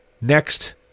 next